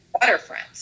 waterfront